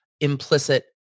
implicit